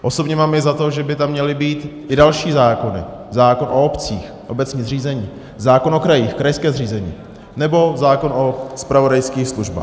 Osobně mám i za to, že by tam měly být i další zákony, zákon o obcích obecní zřízení, zákon o krajích krajské zřízení, nebo zákon o zpravodajských službách.